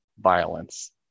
violence